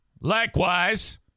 Likewise